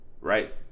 right